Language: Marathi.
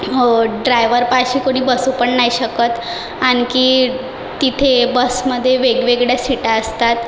ड्रायवरपाशी कुणी बसूपण नाही शकत आणखी तिथे बसमध्ये वेगवेगळ्या सीटा असतात